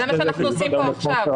זה מה שאנחנו עושים פה עכשיו.